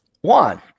One